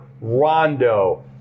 Rondo